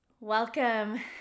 Welcome